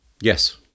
Yes